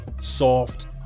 soft